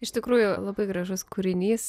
iš tikrųjų labai gražus kūrinys